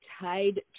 tied